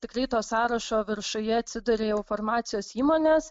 tikrai to sąrašo viršuje atsiduria jau farmacijos įmonės